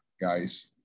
guys